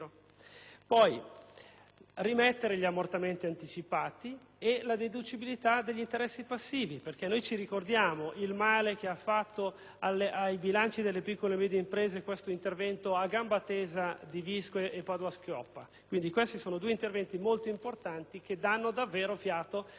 rimettere gli ammortamenti anticipati e la deducibilità degli interessi passivi perché noi ci ricordiamo il male che ha fatto ai bilanci delle piccole e medie imprese quell'intervento a gamba tesa di Visco e Padoa-Schioppa. Questi sono due interventi molto importanti che danno davvero fiato alle imprese e, in particolare, a quelle che